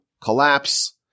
collapse